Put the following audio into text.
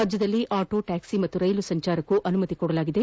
ರಾಜ್ಯದಲ್ಲಿ auto taxi ಮತ್ತು ರೈಲುಗಳ ಸಂಚಾರಕ್ಕೂ ಅನುಮತಿ ನೀಡಲಾಗಿದೆ